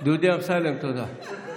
דודי אמסלם, תודה.